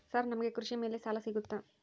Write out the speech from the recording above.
Sir ನಮಗೆ ಕೃಷಿ ಮೇಲೆ ಸಾಲ ಸಿಗುತ್ತಾ?